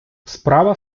справа